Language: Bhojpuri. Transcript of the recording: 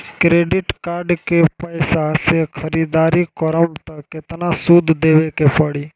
क्रेडिट कार्ड के पैसा से ख़रीदारी करम त केतना सूद देवे के पड़ी?